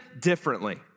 differently